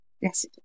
yes